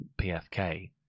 PFK